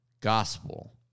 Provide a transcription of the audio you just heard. gospel